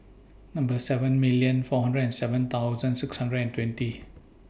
Number seven million four hundred and seven thousand six hundred and twenty